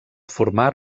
formar